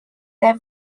their